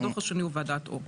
והדוח השלישי, ועדת אור.